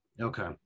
Okay